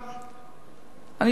אוקיי, אם אדוני לא מרשה, אז אני אמשיך.